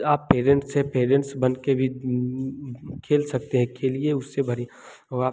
आप पेरेंट्स से पेरेंट्स बन के भी खेल सकते हैं खेलिए उससे बड़ी आप